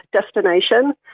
destination